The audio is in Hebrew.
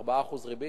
4% ריבית.